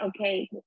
okay